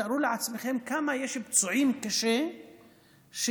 תארו לעצמכם כמה פצועים קשה יש,